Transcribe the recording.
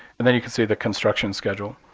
and then you can see the construction schedule.